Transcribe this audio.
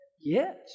Yes